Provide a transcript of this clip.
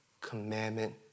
commandment